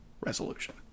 resolution